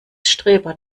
streber